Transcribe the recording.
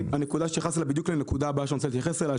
הנקודה שנכנסת אליה בדיוק הנקודה הבאה שאני רוצה להתייחס אליה.